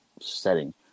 setting